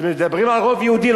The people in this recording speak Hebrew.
אז מדברים על רוב יהודי,